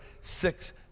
six